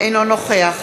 אינו נוכח